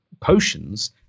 potions